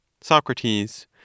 Socrates